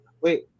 Wait